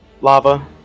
lava